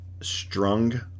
Strung